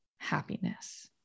happiness